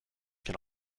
can